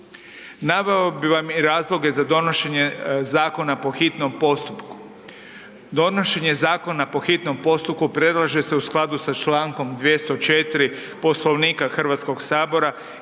Naveo bi vam i razloge za donošenje Zakona po hitnom postupku. Donošenje Zakona po hitnom postupku predlaže se u skladu sa čl. 204. Poslovnika HS iz osobito